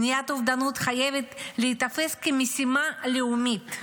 מניעת אובדנות חייבת להיתפס כמשימה לאומית.